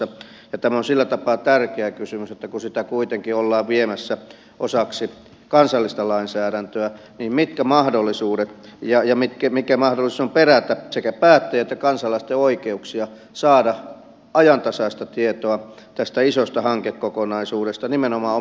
tämä on sillä tapaa tärkeä kysymys että kun sitä kuitenkin ollaan viemässä osaksi kansallista lainsäädäntöä niin mikä mahdollisuus on perätä sekä päättäjien ja kansalaisten oikeuksia saada ajantasaista tietoa tästä isosta hankekokonaisuudesta nimenomaan omalla äidinkielellä